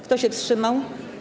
Kto się wstrzymał?